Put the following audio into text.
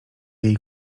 jej